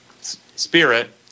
spirit